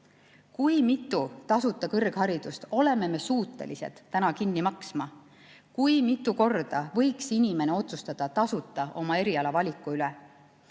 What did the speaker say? Kui mitu tasuta kõrgharidust oleme me suutelised täna kinni maksma? Kui mitu korda võiks inimene otsustada tasuta oma erialavaliku üle?